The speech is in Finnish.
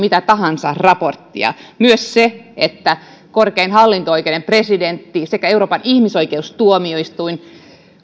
mitä tahansa raporttia myös se että korkeimman hallinto oikeuden presidentti sekä euroopan ihmisoikeustuomioistuin